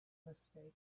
mistaken